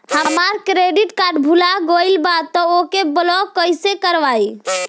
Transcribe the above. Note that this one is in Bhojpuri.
हमार क्रेडिट कार्ड भुला गएल बा त ओके ब्लॉक कइसे करवाई?